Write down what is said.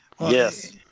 Yes